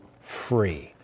free